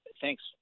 thanks